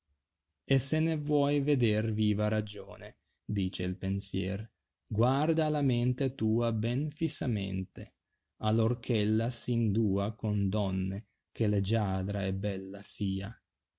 e se ne vuoi veder viva r agione dice il pensier guarda alla mente tua ben fissamente allorch ella s indua con donna che leggiadra e bella sia